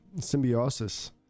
symbiosis